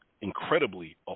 incredibly